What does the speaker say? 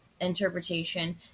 interpretation